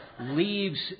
leaves